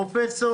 פרופ'